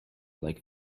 like